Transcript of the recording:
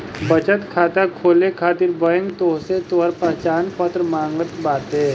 बचत खाता खोले खातिर बैंक तोहसे तोहार पहचान पत्र मांगत बाटे